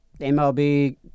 mlb